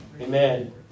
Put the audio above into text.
Amen